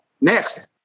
Next